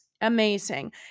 amazing